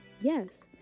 Yes